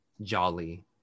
Jolly